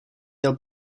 měl